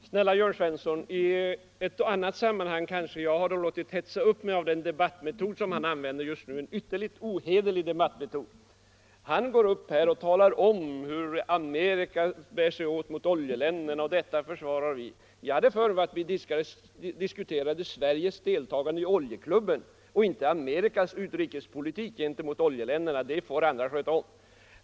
Herr talman! Snälla Jörn Svensson, i ett annat sammanhang kanske jag hade låtit hetsa upp mig av den använda debattmetoden, en ytterligt ohederlig debattmetod. Herr Svensson går upp här och talar om hur Amerika bär sig åt mot oljeländerna och att vi försvarar detta. Jag hade för mig att vi diskuterade Sveriges deltagande i oljeklubben och inte Amerikas utrikespolitik gentemot oljeländerna, det får andra sköta om.